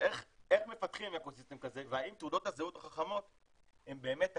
איך מפתחים אקו סיסטם כזה והאם תעודות הזהות החכמות הן באמת הכלי,